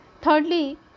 Thirdly